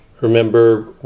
remember